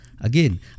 Again